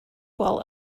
while